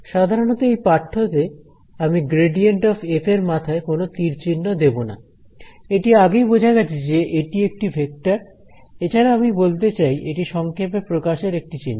সাধারণত এই পাঠ্য তে আমি গ্রেডিয়েন্ট অফ এফ এর মাথায় কোন তীর চিহ্ন দেব না এটি আগেই বোঝা গেছে যে এটি একটি ভেক্টর এছাড়াও আমি বলতে চাই এটি সংক্ষেপে প্রকাশের একটি চিহ্ন